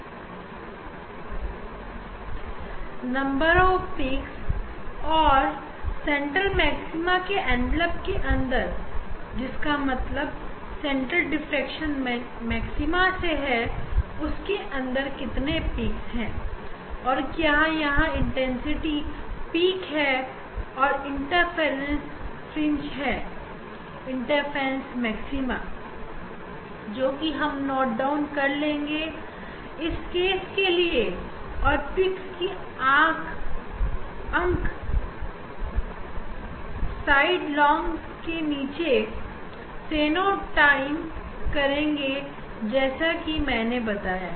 और स्लिट की दूरी हमें दे हुई है और हमें निकालना है लोब शिखर के अंक सेंट्रल एंड वेलप के अंदर से जिसका मतलब सेंट्रल डिफ्रेक्शन मैक्सिमा के अंदर कितने शिखर है क्या यहां इंटरफेरेंस शिखर है इंटरफेरेंस fringe ठीक है इंटरफेरेंस मैक्सिमा जो कि हम नोट ऑन कर लेंगे हर केश के लिए और शिखर की अंक साइड लोब के नीचे नोट टाउन करेंगे जैसा कि मैंने बताया